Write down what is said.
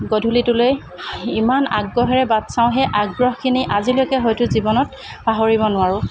গধূলিটোলৈ ইমান আগ্ৰহেৰে বাট চাওঁ সেই আগ্ৰহখিনি আজিলৈকে হয়তো জীৱনত পাহৰিব নোৱাৰোঁ